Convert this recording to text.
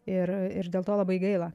ir ir dėl to labai gaila